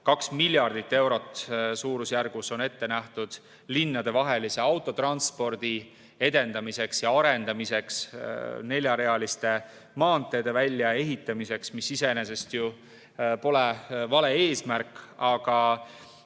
2 miljardit eurot on ette nähtud linnadevahelise autotranspordi edendamiseks ja arendamiseks, neljarealiste maanteede väljaehitamiseks, mis iseenesest ju pole vale eesmärk, aga